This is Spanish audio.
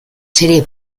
serie